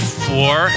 four